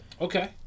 Okay